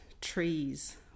trees